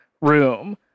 room